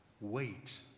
wait